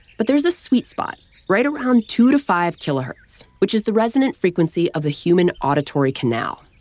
but there's a sweet spot right around two to five kilohertz, which is the resonant frequency of the human auditory canal.